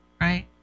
right